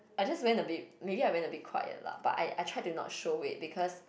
I just went a bit maybe I went a bit quiet lah but I I try to not show it because